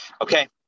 Okay